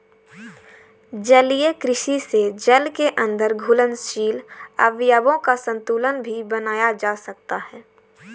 जलीय कृषि से जल के अंदर घुलनशील अवयवों का संतुलन भी बनाया जा सकता है